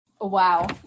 Wow